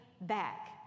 back